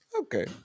Okay